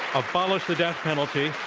abolish the death penalty.